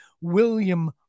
William